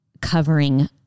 covering